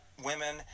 women